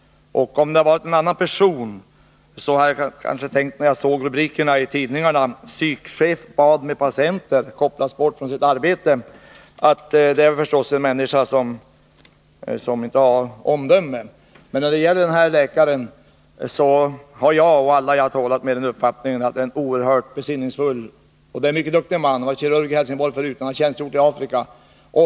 När jag läste rubriken ”Psykchef bad med patienter, kopplas bort”, tänkte jag: Det är förstås en människa som inte har omdöme. Men när det gäller den här läkaren har jag och alla som jag har talat med den uppfattningen att det är en oerhört besinningsfull och duktig man. Han har tidigare varit kirurg i Helsingborg, och han har tjänstgjort i Afrika.